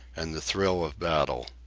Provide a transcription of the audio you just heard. and the thrill of battle.